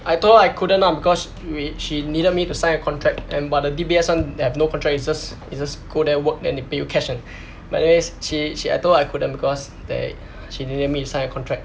I thought her I couldn't ah because we she needed me to sign a contract and while the D_B_S [one] have no contract it's just it's just go there work then they pay you cash and but then sh~ she I told her I couldn't because that she needed me to sign a contract